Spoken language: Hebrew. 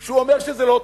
שהוא אומר שזה לא טוב.